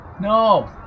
No